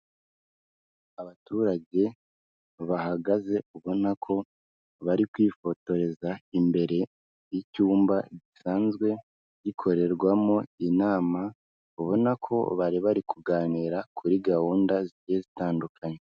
Abaturage bahagaze ubona ko bari kwifotoreza imbere y'icyumba gisanzwe gikorerwamo inama, ubona ko bari bari kuganira kuri gahunda zigiye zitandukanye.